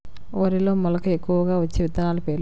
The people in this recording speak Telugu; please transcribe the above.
వరిలో మెలక ఎక్కువగా వచ్చే విత్తనాలు పేర్లు?